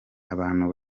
abantu